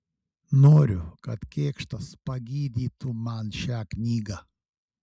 noriu kad kėkštas pagydytų man šią knygą